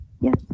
yes